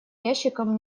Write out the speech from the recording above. ящикам